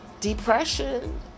depression